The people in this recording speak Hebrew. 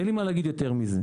אין לי מה להגיד יותר מזה.